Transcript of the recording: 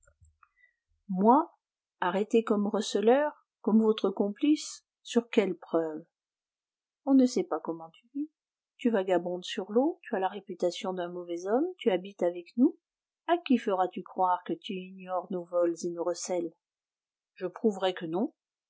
moi arrêté comme receleur comme votre complice sur quelle preuve on ne sait pas comment tu vis tu vagabondes sur l'eau tu as la réputation d'un mauvais homme tu habites avec nous à qui feras-tu croire que tu ignores nos vols et nos recels je prouverai que non